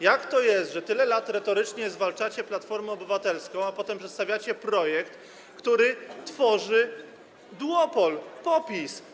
Jak to jest, że tyle lat retorycznie zwalczacie Platformę Obywatelską, a potem przedstawiacie projekt, który tworzy duopol, PO-PiS?